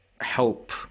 help